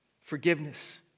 forgiveness